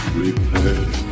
repair